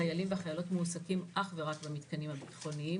החיילים והחיילות מועסקים אך ורק במתקנים הביטחוניים.